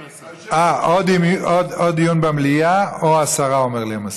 אה, או דיון במליאה או הסרה, אומר לי המזכיר.